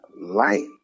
light